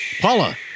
Paula